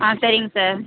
ஆ சரிங்க சார்